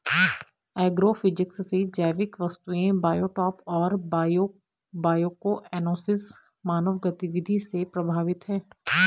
agrophysics से जैविक वस्तुएं बायोटॉप और बायोकोएनोसिस मानव गतिविधि से प्रभावित हैं